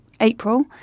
April